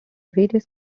various